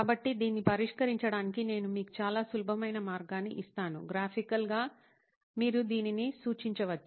కాబట్టి దీన్ని పరీక్షించడానికి నేను మీకు చాలా సులభమైన మార్గాన్ని ఇస్తాను గ్రాఫికల్గా మీరు దీన్ని సూచించవచ్చు